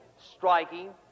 striking